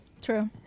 True